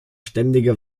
ständige